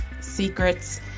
secrets